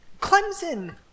Clemson